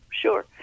sure